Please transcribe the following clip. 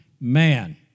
man